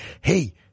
Hey